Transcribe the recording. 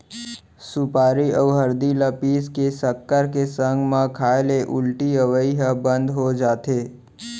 सुपारी अउ हरदी ल पीस के सक्कर के संग म खाए ले उल्टी अवई ह बंद हो जाथे